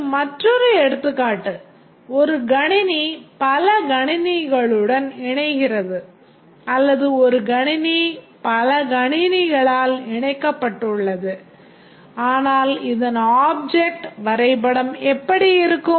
இது மற்றொரு எடுத்துக்காட்டு ஒரு கணினி பல கணினிகளுடன் இணைகிறது அல்லது ஒரு கணினி பல கணினிகளால் இணைக்கப்பட்டுள்ளது ஆனால் இதன் ஆப்ஜெக்ட் வரைபடம் எப்படி இருக்கும்